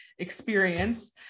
experience